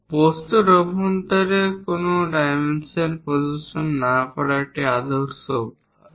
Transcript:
বস্তুর অভ্যন্তরে কোন ডাইমেনশন প্রদর্শন না করা একটি আদর্শ অভ্যাস